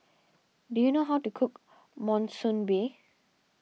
do you know how to cook Monsunabe